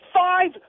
five